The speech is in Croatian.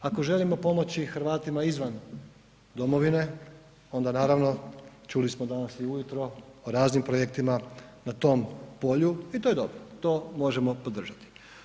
Ako želimo pomoći Hrvatima izvan domovine onda naravno, čuli smo danas i ujutro o raznim projektima na tom polju i to je dobro, to možemo podržati.